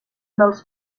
dels